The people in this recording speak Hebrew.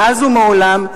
מאז ומעולם,